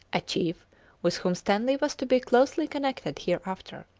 a chief with whom stanley was to be closely connected hereafter.